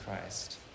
Christ